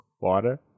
water